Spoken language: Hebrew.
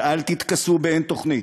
ואל תתכסו באין-תוכנית.